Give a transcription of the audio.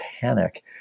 panic